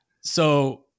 So-